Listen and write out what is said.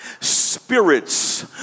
Spirits